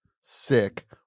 sick